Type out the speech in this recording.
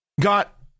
got